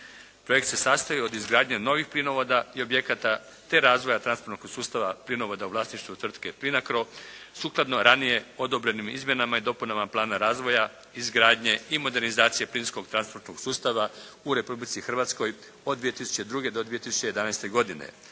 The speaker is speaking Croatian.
Projekt se sastoji od izgradnje novih plinovoda i objekata te razvoja transportnog sustava plinovoda u vlasništvu tvrtke "PLINACRO" sukladno ranije odobrenim izmjenama i dopunama plana razvoja, izgradnje i modernizacije plinskog transportnog sustava u Republici Hrvatskoj od 2002. do 2011. godine,